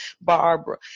Barbara